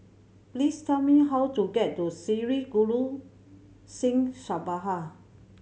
please tell me how to get to Sri Guru Singh Sabha